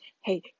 Hey